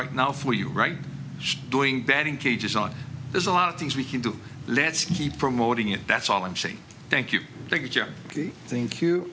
right now for you right doing batting cages on there's a lot of things we can do let's keep promoting it that's all i'm saying thank you t